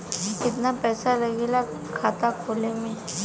कितना पैसा लागेला खाता खोले में?